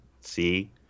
see